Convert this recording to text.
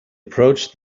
approached